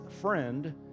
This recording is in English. friend